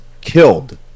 killed